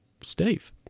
Steve